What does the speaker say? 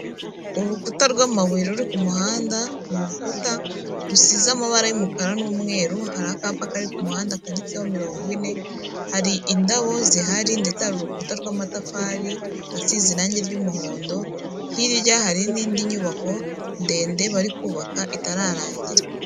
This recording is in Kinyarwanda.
Urukuta rw'amabuye ruri ku muhanda, ni urukuta rusize amabara y'umukara n'umweru, hari akapa kari ku muhanda handitseho mirongo ine, hari indabo zihari ndetse hari urukuta rw'amatafari, asize irangi ry'umuhondo, hirya hari n'indi nyubako, ndende bari kubaka itararangira.